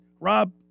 Rob